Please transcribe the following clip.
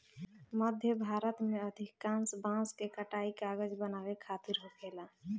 मध्य भारत में अधिकांश बांस के कटाई कागज बनावे खातिर होखेला